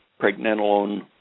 pregnenolone